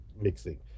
mixing